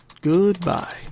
Goodbye